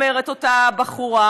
אומרת אותה בחורה,